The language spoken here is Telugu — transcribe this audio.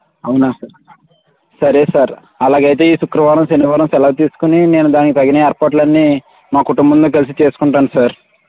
అవునా సార్ సరే సార్ అలాగైతే ఈ శుక్రవారం శనివారం సెలవు తీసుకుని నేను దానికి తగిన ఏర్పాట్లు అన్నీ మా కుటుంబంతో కలిసి చేసుకుంటాను సార్